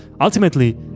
Ultimately